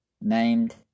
named